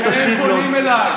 אתם לא מסוגלים,